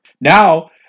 now